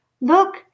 Look